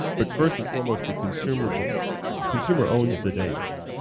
but first and foremost, the consumer but consumer owns the data.